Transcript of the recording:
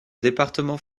département